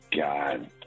God